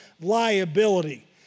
liability